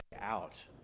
out